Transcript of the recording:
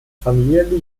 familie